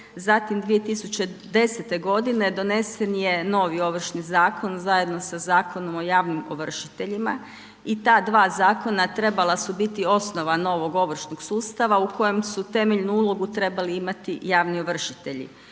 zatim 2010. godine donesen je novi Ovršni zakon zajedno sa Zakonom o javnim ovršiteljima i ta dva zakona trebala su biti osnova novog ovršnog sustava u kojem su temeljnu ulogu trebali imati javni ovršitelji.